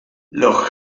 los